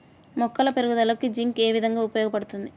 మొక్కల పెరుగుదలకు జింక్ ఏ విధముగా ఉపయోగపడుతుంది?